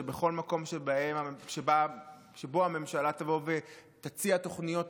שבכל מקום שבו הממשלה תבוא ותציע תוכניות טובות,